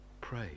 pray